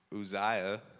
Uzziah